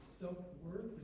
self-worth